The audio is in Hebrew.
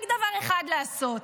רק דבר אחד לעשות,